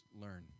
learn